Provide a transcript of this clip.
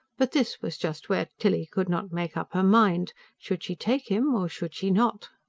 but this was just where tilly could not make up her mind should she take him, or should she not?